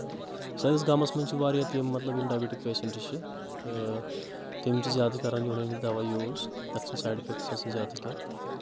سٲنِس گامس منٛز چھِ واریاہ تِم مطلب یِم ڈایبٹِک پیشنٹ چھِ تہٕ تِم چھِ زیادٕ کران یوٗنٲنی دوہ یوٗز تَتھ چھِنہٕ سایڈ اِفیکٹس زیادٕ کینٛہہ